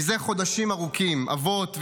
מזה חודשים ארוכים אבות ואימהות,